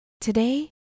Today